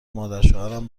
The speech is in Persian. مادرشوهرم